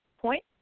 point